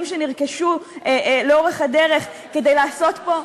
שנרכשו לאורך הדרך כדי לעשות פה,